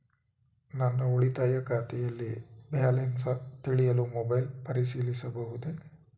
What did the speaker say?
ನನ್ನ ಉಳಿತಾಯ ಖಾತೆಯಲ್ಲಿ ಬ್ಯಾಲೆನ್ಸ ತಿಳಿಯಲು ಮೊಬೈಲ್ ಪರಿಶೀಲಿಸಬಹುದೇ?